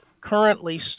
currently